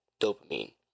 dopamine